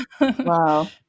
Wow